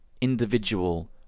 individual